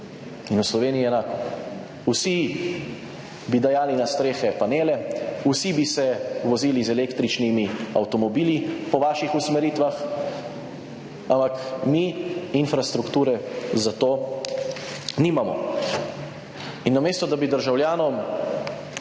In v Sloveniji enako, vsi bi dajali na strehe panele, vsi bi se vozili z električnimi avtomobili po vaših usmeritvah, ampak mi infrastrukture za to nimamo. In namesto, da bi državljanom